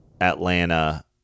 Atlanta